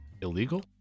illegal